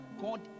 God